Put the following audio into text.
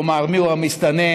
לומר מיהו המסתנן,